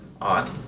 Odd